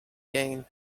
gain